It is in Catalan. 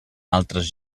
altres